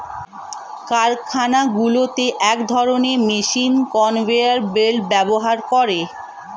কারখানাগুলোতে এক ধরণের মেশিন কনভেয়র বেল্ট ব্যবহার করে